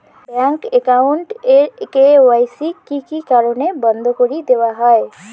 Bank account এর KYC কি কি কারণে বন্ধ করি দেওয়া হয়?